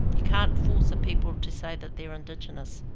you can't force a people to say that they're indigenous.